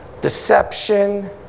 deception